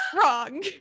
wrong